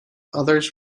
others